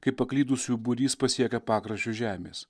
kai paklydusiųjų būrys pasiekia pakraščio žemės